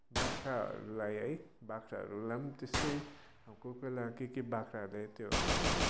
बाख्राहरूलाई है बाख्राहरूलाई पनि त्यस्तै कोही कोही बेला के के बाख्राहरूलाई त्यो